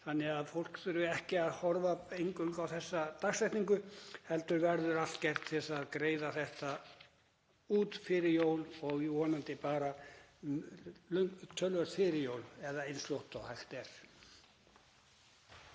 þannig að fólk þurfi ekki að horfa eingöngu á þessa dagsetningu heldur verði allt gert til að greiða þetta út fyrir jól og vonandi bara töluvert fyrir jól eða eins fljótt og hægt er.